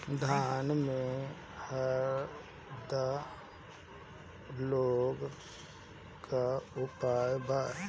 धान में हरदा रोग के का उपाय बा?